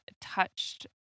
touched